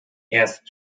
erst